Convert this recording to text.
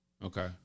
Okay